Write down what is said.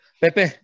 Pepe